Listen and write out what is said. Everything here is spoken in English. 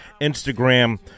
Instagram